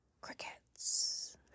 Crickets